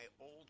old